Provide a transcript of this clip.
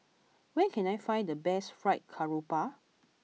where can I find the best Fried Garoupa